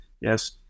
yes